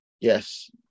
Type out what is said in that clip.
Yes